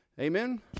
Amen